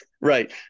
Right